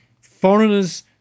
foreigners